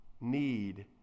need